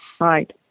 Right